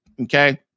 Okay